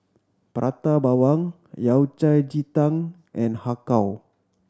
Prata Bawang Yao Cai ji tang and Har Kow